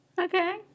Okay